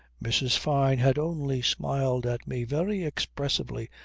mrs. fyne had only smiled at me very expressively,